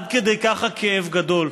עד כדי כך הכאב גדול,